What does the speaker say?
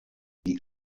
die